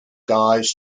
guys